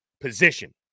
position